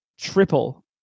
Triple